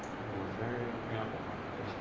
everyone's very preoccupied.